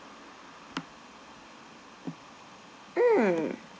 mm